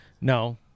no